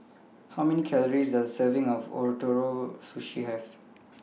How Many Calories Does A Serving of Ootoro Sushi Have